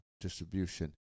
Distribution